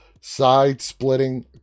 side-splitting